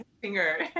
finger